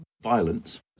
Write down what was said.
Violence